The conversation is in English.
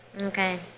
Okay